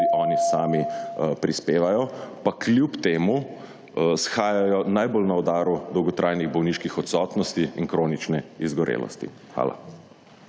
oni sami prispevajo, pa kljub temu shajajo najbolj na udaru dolgotrajnih bolniških odsotnosti in kronične izgorelosti. Hvala.